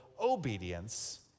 obedience